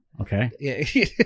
okay